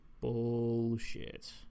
bullshit